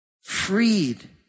freed